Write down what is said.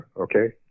okay